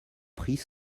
pris